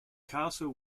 castle